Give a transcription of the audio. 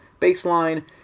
baseline